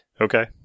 okay